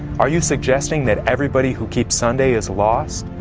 are you suggesting that everybody who keeps sunday is lost?